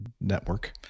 Network